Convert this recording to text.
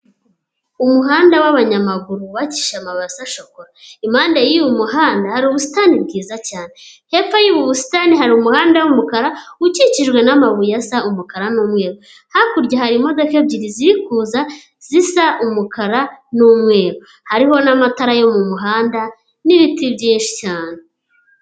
Umuhanda w'abanyamaguru wubakishije amabuye asa shokora, impande y'uyu muhanda hari ubusitani bwiza cyane, hepfo y'ubu busitani hari umuhanda w'umukara ukikijwe n'amabuye asa umukara n'umweru. Hakurya hari imodoka ebyiri ziri kuza zisa umukara n'umweru, hariho n'amatara yo mu muhanda n'ibiti byinshi cyane.